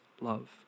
love